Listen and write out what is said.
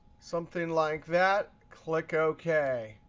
something like that. click ok.